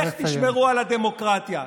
איך תשמרו על הדמוקרטיה?